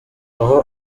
aho